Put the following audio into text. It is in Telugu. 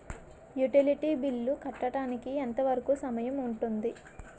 యుటిలిటీ బిల్లు కట్టడానికి ఎంత వరుకు సమయం ఉంటుంది?